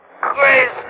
crazy